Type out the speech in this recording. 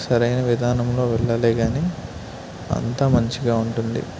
సరైన విధానంలో వెళ్ళాలే కానీ అంతా మంచిగా ఉంటుంది